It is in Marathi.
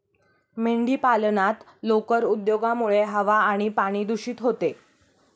मेंढीपालनात लोकर उद्योगामुळे हवा आणि पाणी दूषित होते